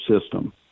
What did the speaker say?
system